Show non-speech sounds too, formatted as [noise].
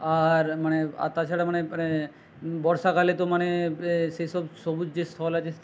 আর মানে আর তাছাড়া মানে মানে বর্ষাকালে তো মানে [unintelligible] সেই সব সবুজ যে স্থল আছে